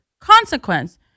consequence